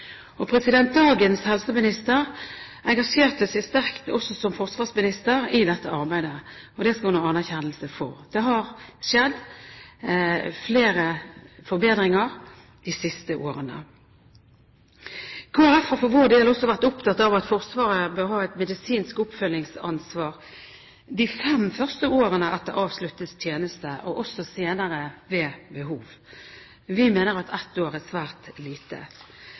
Dagens helseminister engasjerte seg sterkt også som forsvarsminister i dette arbeidet, og det skal hun ha anerkjennelse for. Det har skjedd flere forbedringer de siste årene. Kristelig Folkeparti har for sin del vært opptatt av at Forsvaret bør ha et medisinsk oppfølgingsansvar de fem første årene etter avsluttet tjeneste, og senere ved behov. Vi mener at ett år er svært lite.